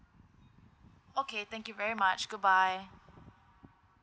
okay thank you very much goodbye